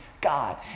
God